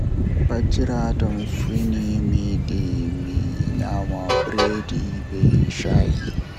Fajjira tomi fini mi yidi mi nyama bredi be shayi.